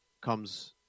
comes